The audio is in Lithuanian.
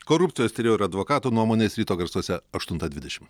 korupcijos tyrėjų ir advokatų nuomonės ryto garsuose aštuntą dvidešim